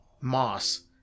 moss